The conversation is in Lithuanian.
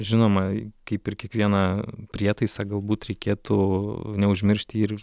žinoma kaip ir kiekvieną prietaisą galbūt reikėtų neužmiršti ir